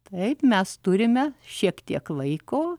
taip mes turime šiek tiek laiko